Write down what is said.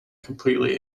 completely